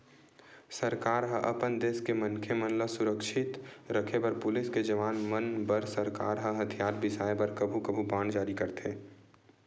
सरकार ह अपन देस के मनखे मन ल सुरक्छित रखे बर पुलिस के जवान मन बर सरकार ह हथियार बिसाय बर कभू कभू बांड जारी करथे